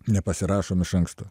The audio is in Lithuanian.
nepasirašom iš anksto